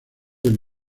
del